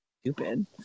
stupid